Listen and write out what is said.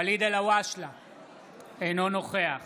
אינו נוכח